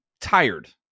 tired